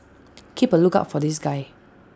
keep A lookout for this guy